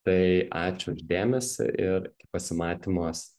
tai ačiū už dėmesį ir pasimatymuos